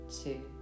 two